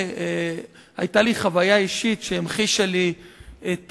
היתה לי חוויה אישית שהמחישה לי את